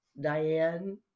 Diane